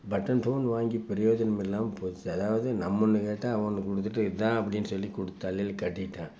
button phone வாங்கி பிரயோஜனம் இல்லாமல் போச்சு அதாவது நம்ம ஒன்று கேட்டால் அவன் ஒன்று கொடுத்துட்டு இதுதான் அப்படின்னு சொல்லி கொடுத் தலையில் கட்டிவிட்டான்